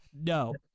no